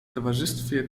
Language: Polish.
towarzystwie